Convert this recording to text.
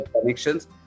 connections